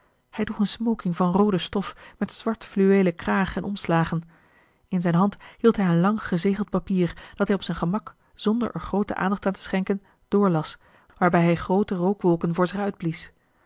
hij droeg een smoking van roode stof met zwart fluweelen kraag en omslagen in zijn hand hield hij een lang gezegeld papier dat hij op zijn gemak zonder er groote aandacht aan te schenken doorlas waarbij hij groote rookwolken voor zich uitblies